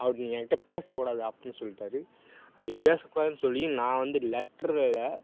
அவர் நீ என் கிட்டே பேசக்கூடாதுடா அப்படின்னு சொல்லிட்டாரு அப்படி பேசக்கூடாதுனு சொல்லியும் நான் வந்து லெட்டரில்